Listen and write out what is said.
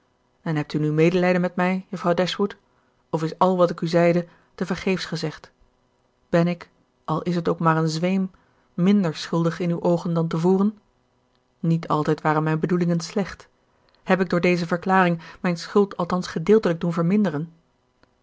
en hebt u nu medelijden met mij juffrouw dashwood of is al wat ik u zeide te vergeefs gezegd ben ik al is het ook maar een zweem minder schuldig in uwe oogen dan te voren niet altijd waren mijn bedoelingen slecht heb ik door deze verklaring mijn schuld althans gedeeltelijk doen verminderen